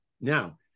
Now